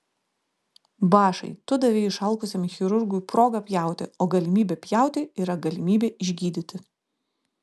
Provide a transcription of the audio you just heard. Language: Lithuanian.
bašai tu davei išalkusiam chirurgui progą pjauti o galimybė pjauti yra galimybė išgydyti